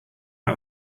out